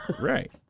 Right